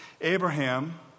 Abraham